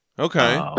Okay